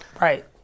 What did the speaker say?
Right